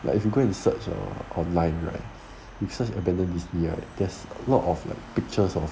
like if you go and search err online right you search abandoned disney right there's a lot of like pictures of